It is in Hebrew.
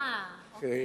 אוקיי.